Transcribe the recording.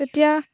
তেতিয়া